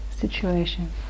situation